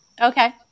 Okay